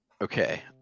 Okay